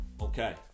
okay